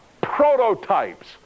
prototypes